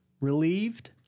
relieved